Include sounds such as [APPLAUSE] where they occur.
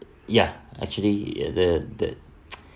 ya actually the the [NOISE]